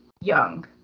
young